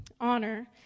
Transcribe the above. Honor